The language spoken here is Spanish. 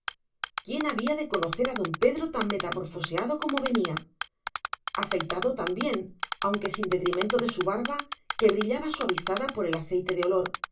quién había de conocer a don pedro tan metamorfoseado como venía afeitado también aunque sin detrimento de su barba que brillaba suavizada por el aceite de olor